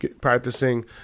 practicing